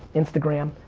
instagram,